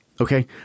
Okay